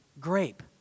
grape